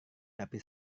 tapi